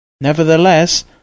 Nevertheless